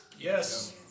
Yes